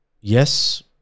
yes